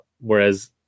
whereas